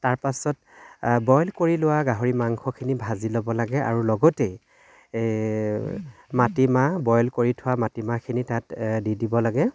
তাৰপাছত বইল কৰি লোৱা গাহৰি মাংসখিনি ভাজি ল'ব লাগে আৰু লগতে এই মাটিমাহ বইল কৰি থোৱা মাটিমাহখিনি তাত দি দিব লাগে